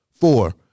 Four